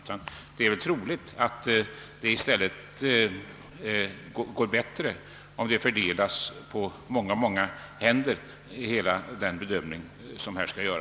Troligt är snarare att det går bättre, om hela den bedömning som skall göras fördelas på många händer.